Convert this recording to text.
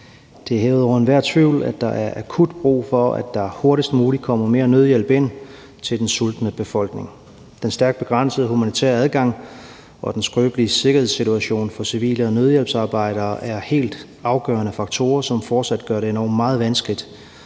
Det er hævet over enhver tvivl, at der er akut brug for, at der hurtigst muligt kommer mere nødhjælp ind til den sultne befolkning. Den stærkt begrænsede humanitære adgang og den skrøbelige sikkerhedssituation for civile og nødhjælpsarbejdere er helt afgørende faktorer, som fortsat gør det endog meget vanskeligt